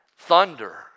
thunder